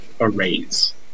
arrays